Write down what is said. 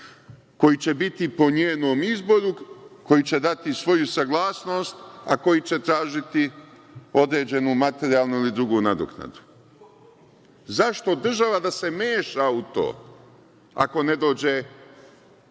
koji će biti po njenom izboru, koji će dati svoju saglasnost, a koji će tražiti određenu materijalnu ili drugu nadoknadu? Zašto država da se meša u to, ako ne dođe